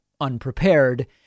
unprepared